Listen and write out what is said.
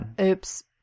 oops